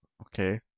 Okay